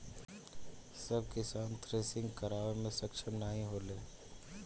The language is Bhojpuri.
सब किसान थ्रेसिंग करावे मे सक्ष्म नाही होले